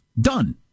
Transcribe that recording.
Done